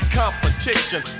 competition